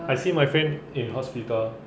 I see my friend in hospital